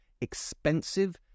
expensive